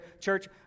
Church